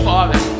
Father